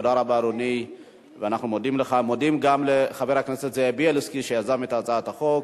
הצעת חוק נכי רדיפות הנאצים (תיקון מס' 16),